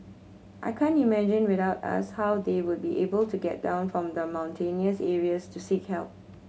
I can't imagine without us how they would be able to get down from the mountainous areas to seek help